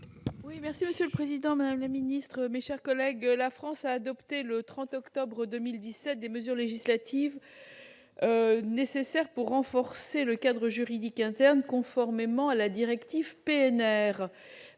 Goulet. Monsieur le président, madame la ministre, mes chers collègues, la France a adopté le 30 octobre 2017 les mesures législatives nécessaires pour renforcer le cadre juridique interne, conformément à la directive PNR.